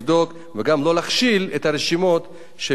וגם לא להכשיל את הרשימות שמתמודדות לכנסת.